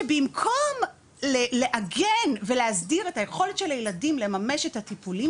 שבמקום לעגן ולהסדיר את היכולת של הילדים לממש את הטיפולים